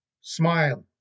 smile